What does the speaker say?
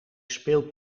speelt